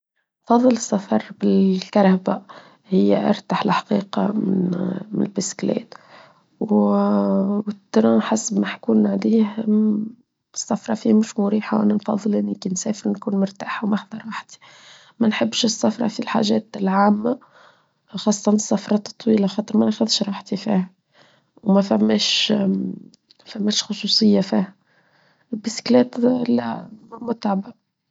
تفضل السفر بالكرهبة هي أرتاح لحقيقة من البسكليت والتران حسب ما حكونا عليه السفرة فيه مش مريحة أنا تفضل أني أسافر أني أكون مرتاحة وأخته راحتي ما نحبش السفرة في الحاجات العامة خاصة السفرة الطويلة خاطر ما ناخدش راحتي فيها وما فماش خصوصية فيها البسكيلات لا متعبة.